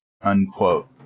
unquote